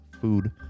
food